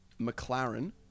mclaren